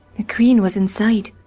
the queen was inside.